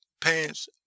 pants